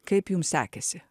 kaip jums sekėsi